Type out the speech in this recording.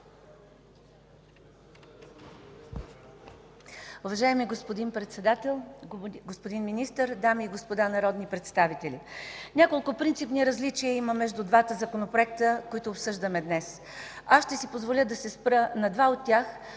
Уважаеми господин Председател, господин Министър, дами и господа народни представители! Няколко принципни различия има между двата законопроекта, които обсъждаме днес. Аз ще си позволя да се спра на два от тях,